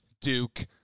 Duke